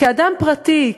כאדם פרטי,